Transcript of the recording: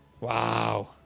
Wow